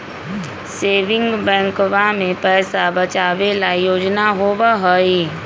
saving बैंकवा में पैसा बचावे ला योजना होबा हई